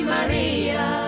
Maria